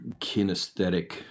kinesthetic